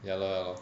ya lor ya lor